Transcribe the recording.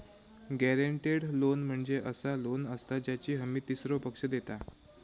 guaranteed loan म्हणजे असा loan असता ज्याची हमी तीसरो पक्ष देता